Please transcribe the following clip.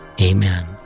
Amen